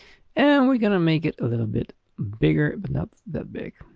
and we're gonna make it a little bit bigger, but not that big.